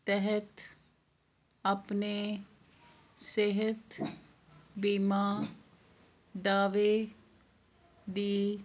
ਤਹਿਤ ਆਪਣੇ ਸਿਹਤ ਬੀਮਾ ਦਾਅਵੇ ਦੀ